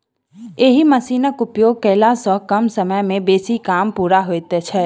एहि मशीनक उपयोग कयला सॅ कम समय मे बेसी काम पूरा होइत छै